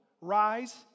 rise